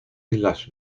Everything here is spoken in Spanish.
islas